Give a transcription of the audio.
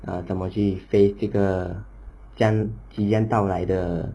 ah 怎么去 face 这个将体验到来的